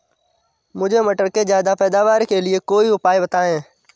मुझे मटर के ज्यादा पैदावार के लिए कोई उपाय बताए?